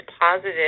positive